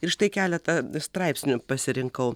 ir štai keletą straipsnių pasirinkau